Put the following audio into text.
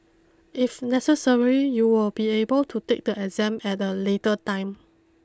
if necessary you will be able to take the exam at a later time